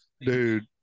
Dude